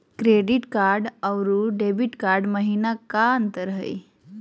Credit card अरू debit card महिना का अंतर हई?